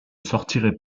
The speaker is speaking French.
sortirez